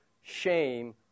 shame